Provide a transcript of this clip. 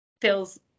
feels